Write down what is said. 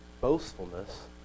boastfulness